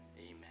Amen